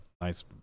nice